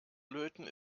löten